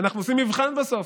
אנחנו עושים מבחן בסוף.